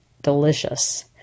delicious